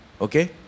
okay